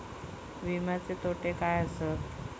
विमाचे तोटे काय आसत?